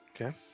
okay